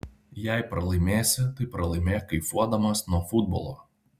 jei pralaimėsi tai pralaimėk kaifuodamas nuo futbolo